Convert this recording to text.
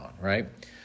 right